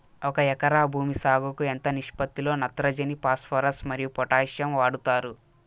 ఒక ఎకరా భూమి సాగుకు ఎంత నిష్పత్తి లో నత్రజని ఫాస్పరస్ మరియు పొటాషియం వాడుతారు